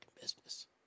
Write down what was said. business